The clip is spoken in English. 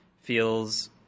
feels